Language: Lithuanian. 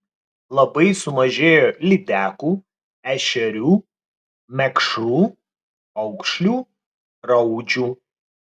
labai sumažėjo lydekų ešerių mekšrų aukšlių raudžių